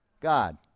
God